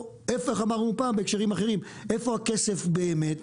כמו שאמרו פעם, בהקשרים אחרים איפה הכסף באמת,